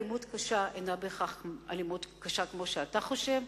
אלימות קשה אינה בהכרח אלימות קשה כמו שאתה חושב.